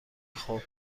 خوب